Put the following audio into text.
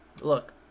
look